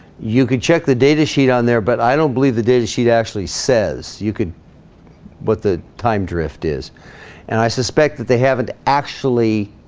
you can check the datasheet on there, but i don't believe the datasheet actually says you could what the time drift is and i suspect that they haven't actually?